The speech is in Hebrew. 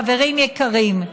חברים יקרים,